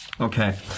Okay